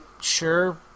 sure